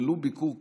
ולו ביקור קצר,